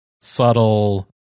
subtle